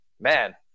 man